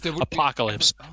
Apocalypse